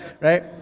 right